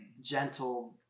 gentle